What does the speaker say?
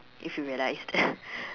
if you realized